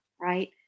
right